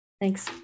Thanks